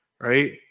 right